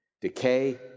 Decay